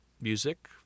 music